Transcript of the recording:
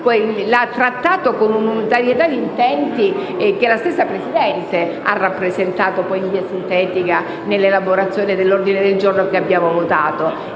l'ha trattato con un'unitarietà di intenti e che la stessa Presidente ha rappresentato in via sintetica nell'elaborazione dell'ordine del giorno che abbiamo votato.